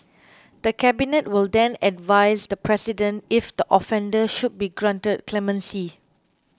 the Cabinet will then advise the President if the offender should be granted clemency